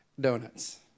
donuts